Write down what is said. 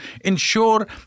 ensure